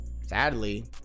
sadly